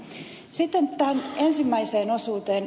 sitten tähän ensimmäiseen osuuteen